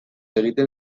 egiten